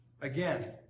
again